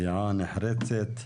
דעה נחרצת.